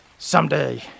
Someday